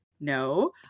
No